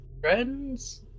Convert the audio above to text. friends